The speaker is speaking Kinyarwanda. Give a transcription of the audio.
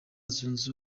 zunze